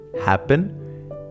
happen